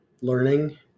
learning